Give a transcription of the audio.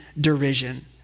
derision